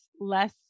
less